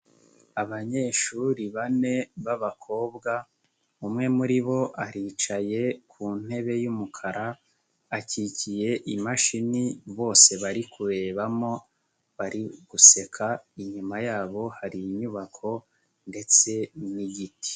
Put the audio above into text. Abanyeshuri bane babakobwa, umwe muri bo aricaye ku ntebe y'umukara, akikiye imashini bose bari kurebamo, bari guseka, inyuma yabo hari inyubako ndetse n'igiti.